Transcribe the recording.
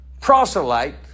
proselyte